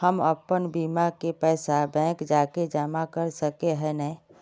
हम अपन बीमा के पैसा बैंक जाके जमा कर सके है नय?